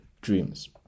dreams